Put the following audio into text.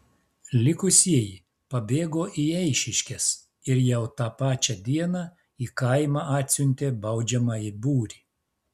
likusieji pabėgo į eišiškes ir jau tą pačią dieną į kaimą atsiuntė baudžiamąjį būrį